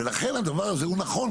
ולכן, הדבר הזה הוא נכון.